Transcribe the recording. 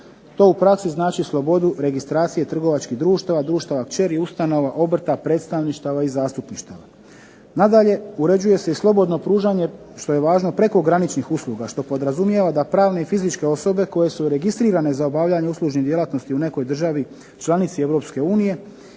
To u praksi znači slobodu registracije trgovačkih društava, društava kćeri ustanova, obrta, predstavništava i zastupništava. Nadalje uređuje se i slobodno pružanje, što je važno, prekograničnih usluga, što podrazumijeva da pravne i fizičke osobe koje su registrirane za obavljanje uslužnih djelatnosti u nekoj državi članici